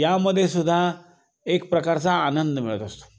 यामध्ये सुद्धा एक प्रकारचा आनंद मिळत असतो